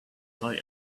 die